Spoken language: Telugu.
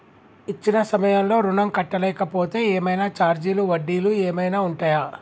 ఇచ్చిన సమయంలో ఋణం కట్టలేకపోతే ఏమైనా ఛార్జీలు వడ్డీలు ఏమైనా ఉంటయా?